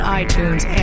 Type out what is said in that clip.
iTunes